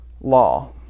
law